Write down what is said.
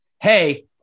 Hey